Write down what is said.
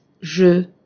je